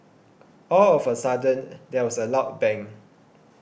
all of a sudden there was a loud bang